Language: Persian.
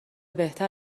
بهتر